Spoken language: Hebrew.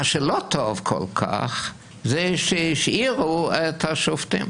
מה שלא טוב כל כך זה שהשאירו את השופטים,